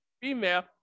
female